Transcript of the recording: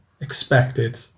expected